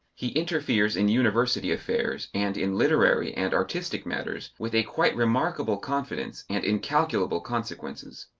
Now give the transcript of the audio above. he interferes in university affairs and in literary and artistic matters with a quite remarkable confidence and incalculable consequences.